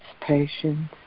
patience